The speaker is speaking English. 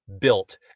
built